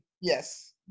yes